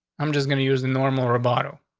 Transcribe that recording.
i'm just going to use the normal roboto,